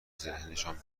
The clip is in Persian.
ذهنشان